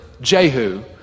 Jehu